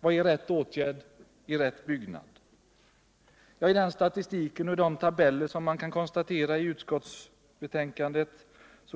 Vad är rätt åtgärd? I den statistik och i de tabeller som återfinns i utskottsbetänkandet